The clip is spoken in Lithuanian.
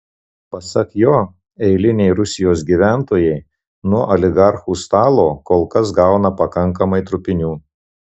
pasak jo eiliniai rusijos gyventojai nuo oligarchų stalo kol kas gauna pakankamai trupinių